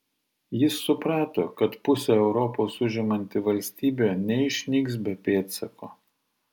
jis suprato kad pusę europos užimanti valstybė neišnyks be pėdsako